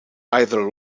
either